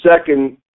second